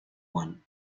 one